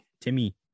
Timmy